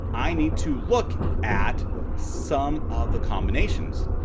i need to look at some of the combinations.